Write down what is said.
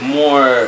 more